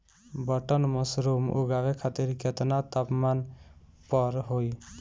Button mushroom उगावे खातिर केतना तापमान पर होई?